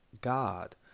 God